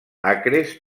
acres